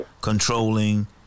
controlling